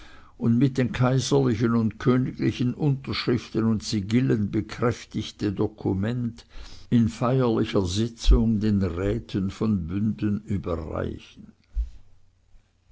und mit den kaiserlichen und königlichen unterschriften und sigillen bekräftigte dokument in feierlicher sitzung den räten von bünden überreichen